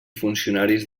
funcionaris